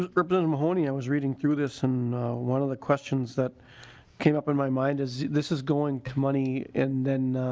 representative mahoney i was reading through this and one of the questions that came up in my mind is this is going to money and then